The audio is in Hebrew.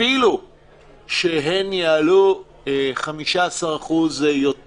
אפילו שהם יעלו 15% יותר.